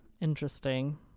Interesting